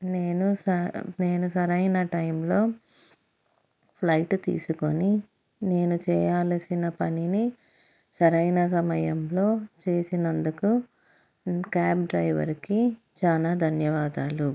నేను స నేను సరైన టైంలో ఫ్లైట్ తీసుకొని నేను చేయవలసిన పనిని సరైన సమయంలో చేసినందుకు క్యాబ్ డ్రైవర్కి చాల ధన్యవాదాలు